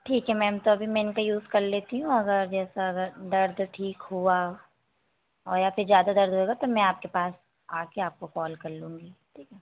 ठीक है मैम तो अभी मैं इनका यूज़ कर लेती हूँ अगर जैसा दर्द ठीक हुआ और या फिर ज़्यादा दर्द होगा तो मैं आपके पास आकर आपको कॉल कर लूँगी ठीक है